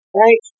right